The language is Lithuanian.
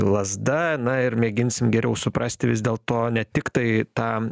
lazda na ir mėginsim geriau suprasti vis dėlto ne tiktai tą